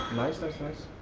nice, nice, nice.